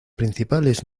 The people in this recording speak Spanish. principales